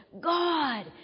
God